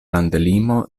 landlimo